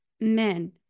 men